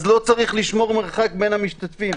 לא צריך לשמור מרחק בין המשתתפים,